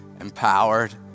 empowered